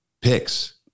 picks